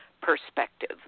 perspective